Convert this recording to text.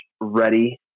ready